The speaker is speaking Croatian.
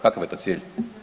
Kakav je to cilj?